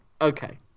Okay